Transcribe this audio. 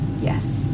yes